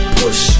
push